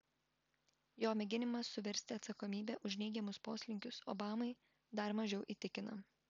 jo mėginimas suversti atsakomybę už neigiamus poslinkius obamai dar mažiau įtikina